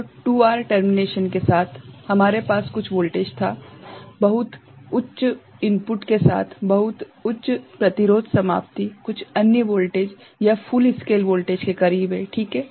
तो 2R termination के साथ हमारे पास कुछ वोल्टेज था बहुत उच्च इनपुट के साथ बहुत उच्च प्रतिरोध समाप्ति कुछ अन्य वोल्टेज यह फुल स्केल वोल्टेज के करीब है ठीक है